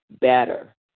better